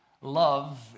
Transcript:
love